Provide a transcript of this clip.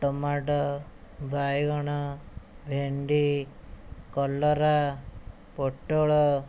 tomato ବାଇଗଣ ଭେଣ୍ଡି କଲରା ପୋଟଳ